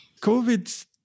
COVID